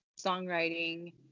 songwriting